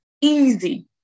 easy